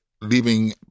leaving